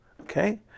Okay